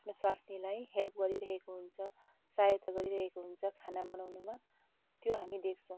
आफ्नो स्वास्नीलाई हेल्प गरिरहेको हुन्छ सहायता गरिरहेको हुन्छ खाना बनाउँनुमा त्यो हामी देख्छौँ